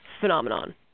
phenomenon